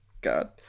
God